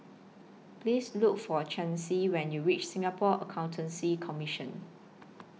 Please Look For Chancey when YOU REACH Singapore Accountancy Commission